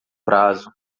prazo